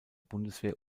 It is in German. bundeswehr